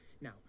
Now